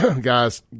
Guys